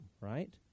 right